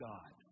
God